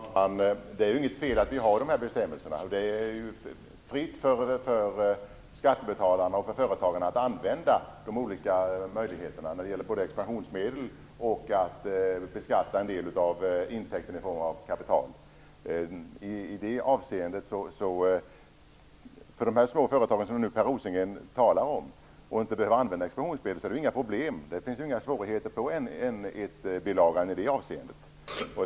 Fru talman! Det är inget fel att vi har dessa bestämmelser. Det är fritt för skattebetalarna och företagarna att använda de olika möjligheter som finns när det gäller expansionsmedel och att beskatta en del av intäkten i form av kapital. För de små företag som Per Rosengren talar om, som inte behöver använda expansionsmedel, är detta ju inget problem. Det finns inga svårigheter på N1-bilagan i det avseendet.